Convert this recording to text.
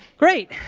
great.